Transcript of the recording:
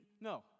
no